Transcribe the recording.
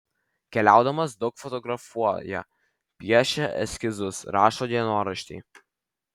keliaudamas daug fotografuoja piešia eskizus rašo dienoraštį